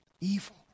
evil